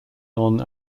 non